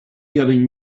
getting